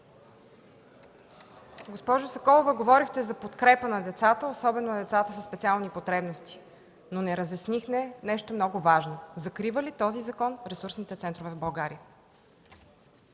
Госпожо Соколова, говорихте за подкрепа на децата, особено на децата със специални потребности, но не разяснихме нещо много важно – закрива ли този закон ресурсните центрове в България?